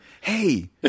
Hey